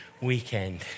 weekend